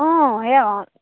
অঁ সেয়া অঁ